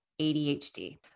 ADHD